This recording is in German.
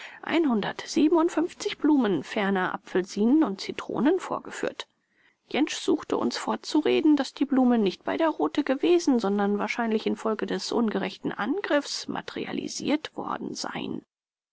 blumen ferner apfelsinen und zitronen vorgefunden jentsch suchte uns vorzureden daß die blumen nicht bei der rothe gewesen sondern wahrscheinlich infolge des ungerechten angriffs materialisiert worden seien